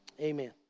Amen